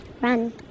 Run